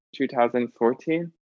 2014